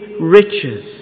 riches